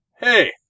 Hey